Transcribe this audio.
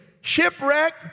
shipwreck